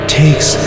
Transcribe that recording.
takes